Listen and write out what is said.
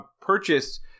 purchased